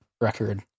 record